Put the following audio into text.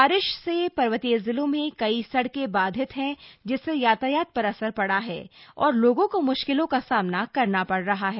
बारिश से पर्वतीय जिलों में कई सड़कें बाधित हैं जिससे यातायात पर असर पड़ा है और लोगों को मुश्किलों का सामना करना पड़ रहा है